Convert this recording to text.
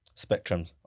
spectrums